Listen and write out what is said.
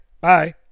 Bye